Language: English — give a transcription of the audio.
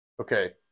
Okay